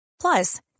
Plus